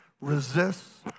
resists